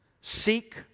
Seek